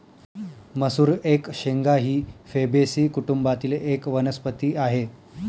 मसूर एक शेंगा ही फेबेसी कुटुंबातील एक वनस्पती आहे